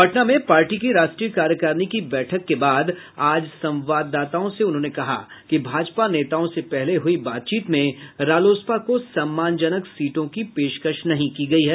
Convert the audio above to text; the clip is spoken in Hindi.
पटना पार्टी की राष्ट्रीय कार्यकारिणी की बैठक के बाद आज संवाददाताओं से उन्होंने कहा कि भाजपा नेताओं से पहले हुई बातचीत में रालोसपा को सम्मानजनक सीटों की पेशकश नहीं की गयी है